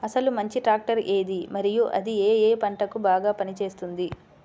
అసలు మంచి ట్రాక్టర్ ఏది మరియు అది ఏ ఏ పంటలకు బాగా పని చేస్తుంది?